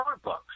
Starbucks